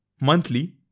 monthly